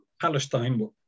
Palestine